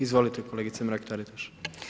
Izvolite kolegice Mrak Taritaš.